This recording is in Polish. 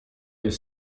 jest